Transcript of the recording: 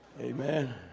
Amen